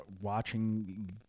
watching